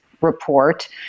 report